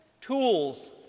Tools